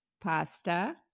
pasta